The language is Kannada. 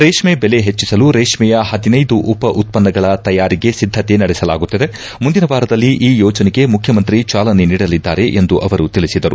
ರೇಷ್ಮೆ ಬೆಲೆ ಹೆಚ್ಚಿಸಲು ರೇಷ್ಮೆಯ ಪದಿನೈದು ಉಪ ಉತ್ಪನ್ನಗಳ ತಯಾರಿಗೆ ಸಿದ್ಧಕೆ ನಡೆಸಲಾಗುತ್ತಿದೆ ಮುಂದಿನ ವಾರದಲ್ಲಿ ಈ ಯೋಜನೆಗೆ ಮುಖ್ಯಮಂತ್ರಿ ಚಾಲನೆ ನೀಡಲಿದ್ದಾರೆ ಎಂದು ಅವರು ತಿಳಿಸಿದರು